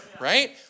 right